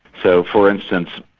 so, for instance,